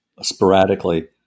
sporadically